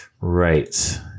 Right